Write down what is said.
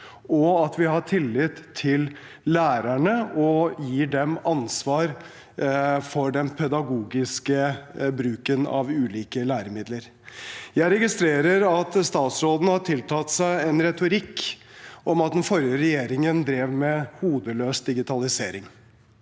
og at vi har tillit til lærerne og gir dem ansvar for den pedagogiske bruken av ulike læremidler. Jeg registrerer at statsråden har tiltatt seg en retorikk om at den forrige regjeringen drev med hodeløs digitalisering.